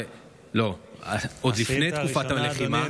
לא, עוד לפני תקופת הלחימה.